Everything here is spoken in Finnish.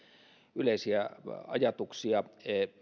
yleisiä ajatuksia